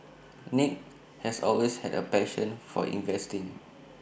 nick has always had A passion for investing